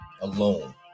alone